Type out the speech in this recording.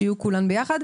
שיהיו כולן יחד.